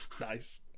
Nice